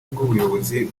bw’ubuyobozi